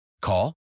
Call